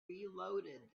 reloaded